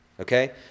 okay